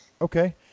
Okay